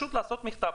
להוציא מכתב,